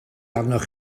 arnoch